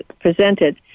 presented